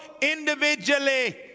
individually